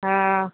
ଆ